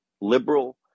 liberal